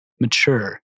mature